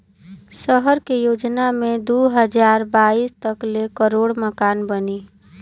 सहर के योजना मे दू हज़ार बाईस तक ले करोड़ मकान बनी